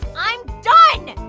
i'm done.